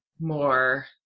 more